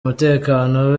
umutekano